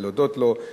להודות לו,